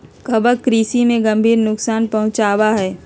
कवक कृषि में गंभीर नुकसान पहुंचावा हई